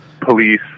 police